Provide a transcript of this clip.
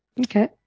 Okay